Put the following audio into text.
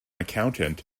accountant